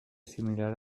similar